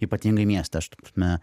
ypatingai mieste aš ta prasme